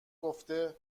گفته